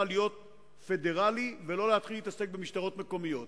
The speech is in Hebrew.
להיות פדרלי ולא להתחיל להתעסק במשטרות מקומיות.